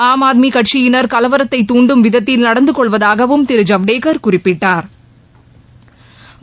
ஆம் ஆத்மிகட்சியினர் கலவரத்தை துண்டும் விதத்தில் நடந்துகொள்வதாகவும் திரு ஜவடேக்னர் குறிப்பிட்டா்